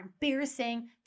embarrassing